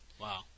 Wow